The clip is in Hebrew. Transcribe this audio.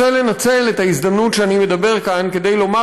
אבל אני רוצה לנצל את ההזדמנות שאני מדבר כאן כדי לומר